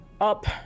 up